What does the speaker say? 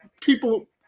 people